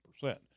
percent